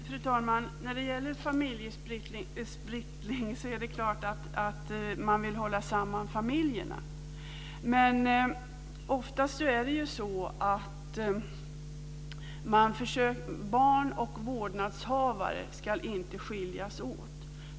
Fru talman! När det gäller familjesplittring vill jag säga att det är klart att man vill hålla samman familjerna. Barn och vårdnadshavare ska inte skiljas åt.